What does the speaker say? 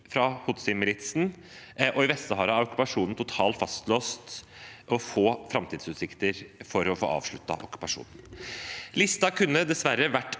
fra houthi-militsen. Og i Vest-Sahara er situasjonen totalt fastlåst, og det er få framtidsutsikter for å få avsluttet okkupasjonen. Listen kunne dessverre vært